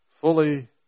fully